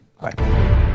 bye